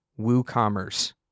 WooCommerce